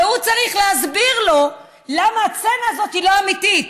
והוא צריך להסביר לו למה הסצנה הזאת לא אמיתית.